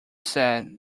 said